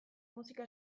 musika